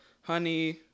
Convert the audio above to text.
honey